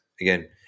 Again